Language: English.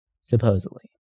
Supposedly